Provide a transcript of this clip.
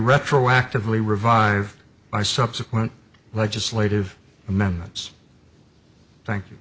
retroactively revived by subsequent legislative amendments thank you